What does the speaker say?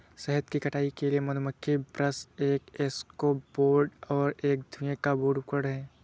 शहद की कटाई के लिए मधुमक्खी ब्रश एक एस्केप बोर्ड और एक धुएं का बोर्ड उपकरण हैं